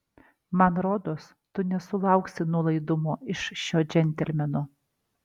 man rodos tu nesulauksi nuolaidumo iš šio džentelmeno